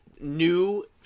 new